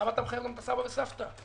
למה אתה מחייב גם את הסבא ואת הסבתא?